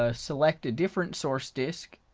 ah select a different source disk,